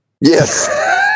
Yes